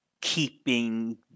keeping